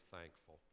thankful